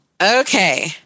Okay